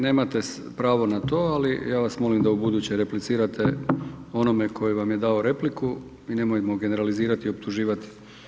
Ne, nemate pravo na to ali ja vas molim da ubuduće replicirate onome tko vam je dao repliku i nemojmo generalizirati i optuživati.